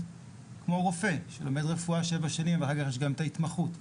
כמו רופא שלומד רפואה שבע שנים ואחר כך יש גם התמחות,